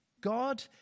God